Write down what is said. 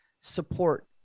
support